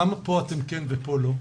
למה פה כן ופה לא?